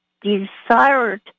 desired